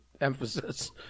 emphasis